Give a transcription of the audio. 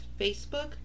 Facebook